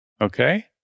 okay